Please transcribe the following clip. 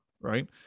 right